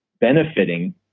benefiting